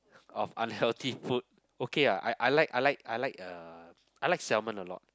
of unhealthy food okay ah I I like I like I like uh I like salmon a lot